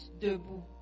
debout